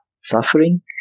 suffering